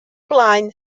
blaen